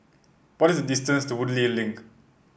what is the distance to Woodleigh Link